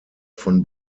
von